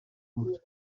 بود